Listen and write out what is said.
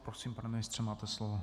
Prosím, pane ministře, máte slovo.